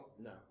No